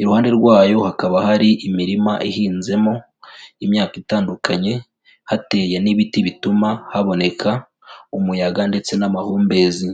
Iruhande rwayo hakaba hari imirima ihinzemo imyaka itandukanye, hateye n'ibiti bituma haboneka umuyaga ndetse n'amahumbezi.